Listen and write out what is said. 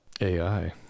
AI